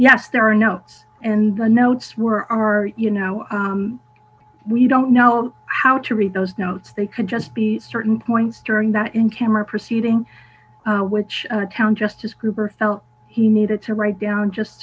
yes there are no and the notes were are you know we don't know how to read those notes they could just be certain points during that in camera proceeding which account just as gruber felt he needed to write down just